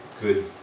good